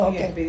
Okay